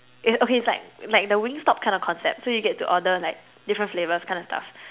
it okay it's like like the Wingstop kinda concept so you get to order like different flavours kinda stuff